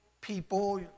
people